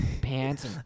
pants